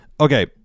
okay